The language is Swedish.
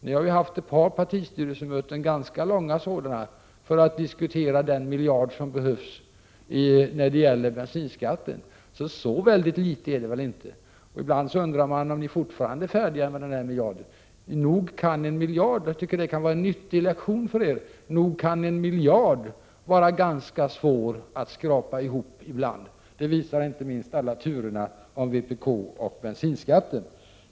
Ni har ju haft ett par partistyrelsemöten, ganska långa sådana, för att diskutera den miljard som behövs när det gäller bensinskatten. Så något alldeles obetydligt belopp är det inte. Och ibland undrar man om ni fortfarande inte är färdiga med den miljarden. Jag tycker att det kan vara en nyttig lektion för er. Nog kan en miljard vara ganska svår att skrapa ihop ibland. Det visar inte minst alla turerna inom vpk om bensinskatten.